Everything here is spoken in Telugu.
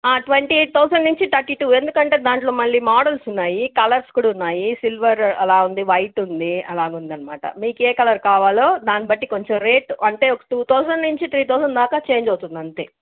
ట్వంటీ ఎయిట్ థౌసండ్ నించి థర్టీ టూ ఎందుకంటే దాంట్లో మళ్ళీ మోడల్స్ ఉన్నాయి కలర్స్ కూడా ఉన్నాయి సిల్వర్ అలా ఉంది వైట్ ఉంది అలాగుందన్నమాట మీకు ఏ కలర్ కావాలో దాన్నిబట్టి కొంచం రేటు అంటే ఒక టూ థౌసండ్ నించి త్రీ థౌసండ్ దాక చేంజ్ అవుతుంది అంతే